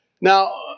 Now